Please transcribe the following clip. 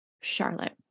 Charlotte